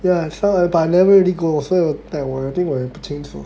ya some but I never really go so !aiya! 我我也不清楚